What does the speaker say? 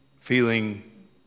feeling